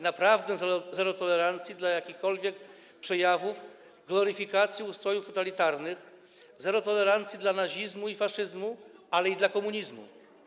Naprawdę zero tolerancji dla jakichkolwiek przejawów gloryfikacji ustrojów totalitarnych, zero tolerancji dla nazizmu i faszyzmu, ale i dla komunizmu.